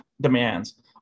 demands